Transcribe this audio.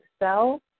excel